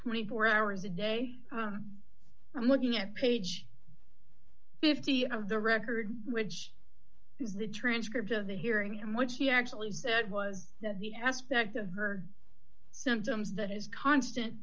twenty four hours a day looking at page fifty of the record which is the transcript of the hearing in which he actually said was that the aspect of her symptoms that is constant